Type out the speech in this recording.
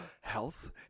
health